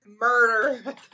Murder